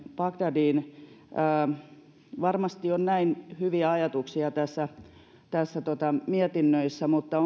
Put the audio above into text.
bagdadiin varmasti on hyviä ajatuksia tässä tässä mietinnössä mutta